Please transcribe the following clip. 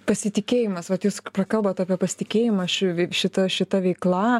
pasitikėjimas vat jūs prakalbot apie pasitikėjimą aš šita šita veikla